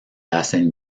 hacen